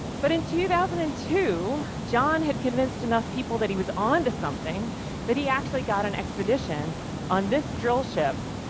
but in two thousand and two, had convinced enough people that he was on to something that he actually got an expedition on this drillship,